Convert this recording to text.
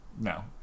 no